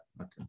okay